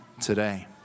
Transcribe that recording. today